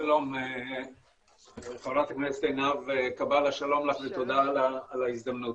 שלום ח"כ עינב קאבלה ותודה על ההזדמנות.